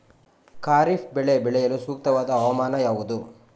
ಖಾರಿಫ್ ಬೆಳೆ ಬೆಳೆಯಲು ಸೂಕ್ತವಾದ ಹವಾಮಾನ ಯಾವುದು?